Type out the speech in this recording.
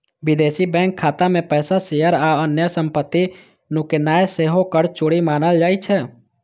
विदेशी बैंक खाता मे पैसा, शेयर आ अन्य संपत्ति नुकेनाय सेहो कर चोरी मानल जाइ छै